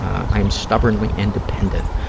i am stubbornly independent.